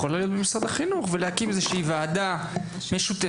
יכולה להיות במשרד החינוך ולהקים איזושהי וועדה משותפת,